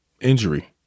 injury